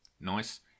Nice